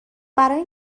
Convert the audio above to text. برای